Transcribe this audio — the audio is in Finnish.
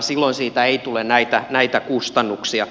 silloin siitä ei tule näitä kustannuksia